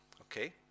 Okay